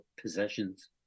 possessions